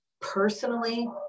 personally